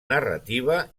narrativa